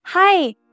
Hi